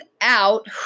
out